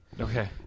Okay